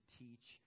teach